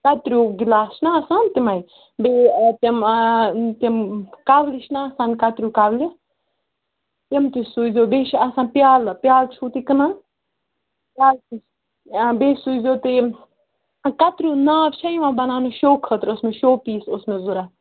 کَتریو گِلاس چھِنا آسان تِمَے بیٚیہِ تِم تِم کَولہِ چھِناہ آسان کَتریو کَولہِ تِم تہِ سوٗزیٚو بیٚیہِ چھِ آسان پیٛالہٕ پیٛالہٕ چھُو تُہۍ کٕنان پیٛالہٕ بیٚیہِ سوٗزیو تُہۍ یِم کَتریو ناو چھا یِوان بَناونہٕ شو خٲطرٕ اوس مےٚ شو پیٖس اوس مےٚ ضوٚرَتھ